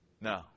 No